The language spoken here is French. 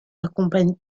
accompagne